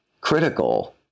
critical